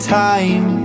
time